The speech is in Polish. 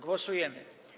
Głosujemy.